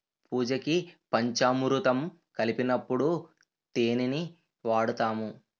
పూజకి పంచామురుతం కలిపినప్పుడు తేనిని వాడుతాము